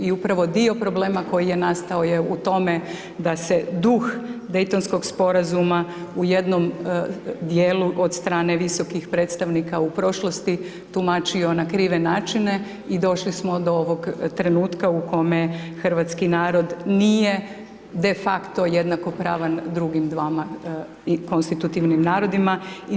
I upravo dio problema koji je nastao je u tome da se duh Daytonskog sporazuma u jednom dijelu od strane visokih predstavnika u prošlosti tumačio na krive načine i došli smo do ovog trenutka u kome hrvatski narod nije de facto jednako pravan drugima dvama konstitutivnim narodima.